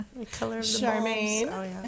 Charmaine